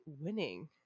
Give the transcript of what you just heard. winning